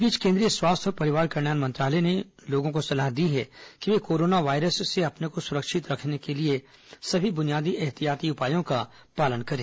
इस बीच केंद्रीय स्वास्थ्य और परिवार कल्याण मंत्रालय ने लोगों को सलाह दी है कि वे कोरोना वायरस से अपने को सुरक्षित रखने के लिए सभी बुनियादी एहतियाती उपायों का पालन करें